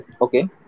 Okay